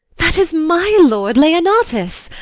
that is my lord leonatus?